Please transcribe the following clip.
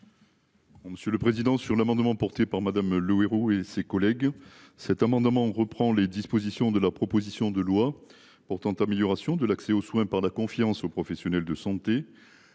Monsieur le président, sur l'amendement porté par Madame, le héros et ses collègues cet amendement reprend les dispositions de la proposition de loi pour amélioration de l'accès aux soins par la confiance aux professionnels de santé